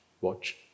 watch